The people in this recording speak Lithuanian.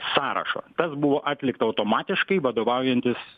sąrašo tas buvo atlikta automatiškai vadovaujantis